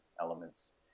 elements